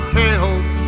hills